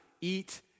eat